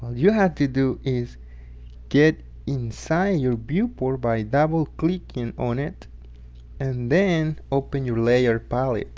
you had to do is get inside your viewport by double-clicking on it and then open your layer palette